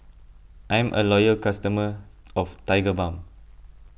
I'm a loyal customer of Tigerbalm